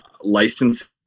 license